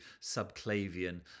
subclavian